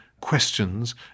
questions